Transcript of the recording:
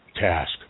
task